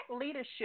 leadership